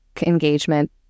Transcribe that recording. engagement